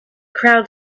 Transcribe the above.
crowd